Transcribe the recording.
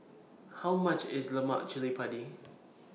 How much IS Lemak Cili Padi